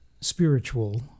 spiritual